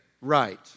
right